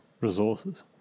resources